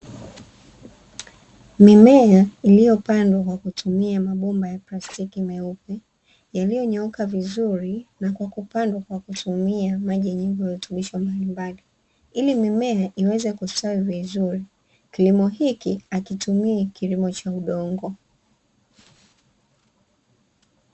Mimea iliyopandwa kwa kutumia mabomba ya plastiki meupe, yaliyonyooka vizuri na kwa kupandwa kwa kutumia maji yenye virutubisho mbalimbali, ili mimea iweze kustawi vizuri kilimo hiki hakitumii kilimo cha udongo.